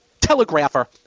telegrapher